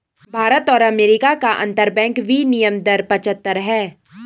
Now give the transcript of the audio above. भारत और अमेरिका का अंतरबैंक विनियम दर पचहत्तर है